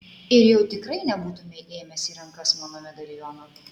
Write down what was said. ir jau tikrai nebūtumei ėmęs į ranką mano medaliono